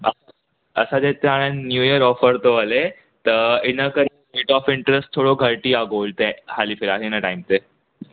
अ असांजे हिते हाणे न्यू ईयर ऑफ़र थो हले त इन करे रेट ऑफ इंट्र्स्ट थोरो घटि ई आहे गोल्ड ते हाली फ़िलहालु हिन टाइम ते